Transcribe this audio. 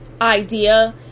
idea